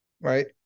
Right